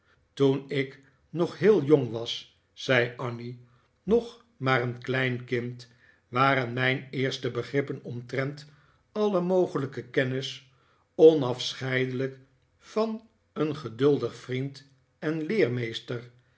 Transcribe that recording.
toen ik nog heel jong was zei annie nog maar een klein kind waren mijn eerste begrippen omtrent alle mogelijke kennis onafscheidelijk van een geduldig vriend en leermeester